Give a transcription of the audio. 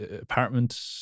apartment